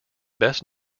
best